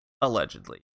allegedly